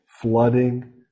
flooding